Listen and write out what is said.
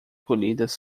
colhidas